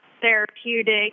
therapeutic